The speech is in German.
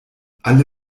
alle